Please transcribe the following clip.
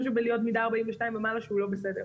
שלהיות מידה 42 ומעלה זה לא בסדר.